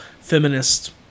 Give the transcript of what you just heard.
feminist